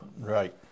Right